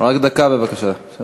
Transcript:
רק דקה בבקשה.